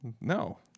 No